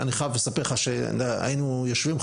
ואני חייב לספר לך שהיינו יושבים,